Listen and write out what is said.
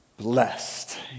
blessed